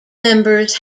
members